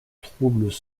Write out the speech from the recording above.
troubles